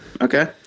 okay